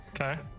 Okay